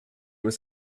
was